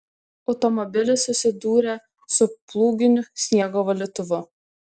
automobilis susidūrė su plūginiu sniego valytuvu